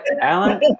Alan